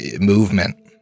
movement